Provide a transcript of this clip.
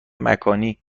مکانی